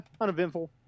uneventful